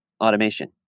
automation